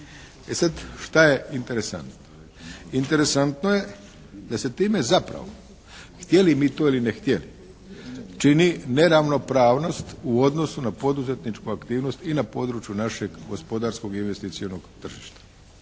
šta je interesantno? Interesantno je da su time htjeli mi to ili ne htjeli čini neravnopravnost u odnosu na poduzetničku aktivnost i na području našeg gospodarskog investicionog tržišta.